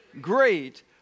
Great